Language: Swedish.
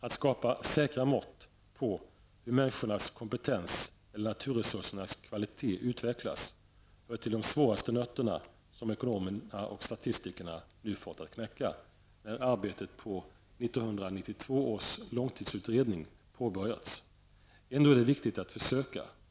Att skapa säkra mått på hur människornas kompetens eller naturresursernas kvalitet utvecklas hör till de svåraste nötterna som ekonomerna och statistikerna nu fått att knäcka, när arbetet på 1992 års långtidsutredning påbörjats. Ändå är det viktigt att försöka.